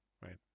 right